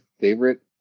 favorite